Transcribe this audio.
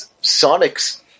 Sonic's